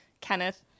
Kenneth